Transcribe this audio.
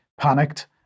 panicked